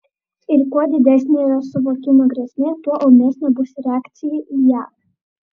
ir kuo didesnė yra suvokiama grėsmė tuo ūmesnė bus reakcija į ją